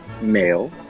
male